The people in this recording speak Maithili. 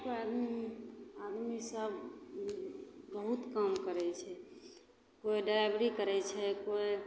कोइ आदमी आदमीसभ बहुत काम करै छै कोइ ड्राइवरी करै छै कोइ